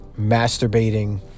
masturbating